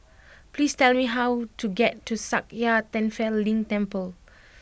please tell me how to get to Sakya Tenphel Ling Temple